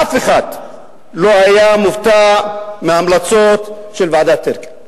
אף אחד לא היה מופתע מההמלצות של ועדת-טירקל.